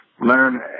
learn